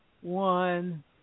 one